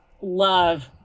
Love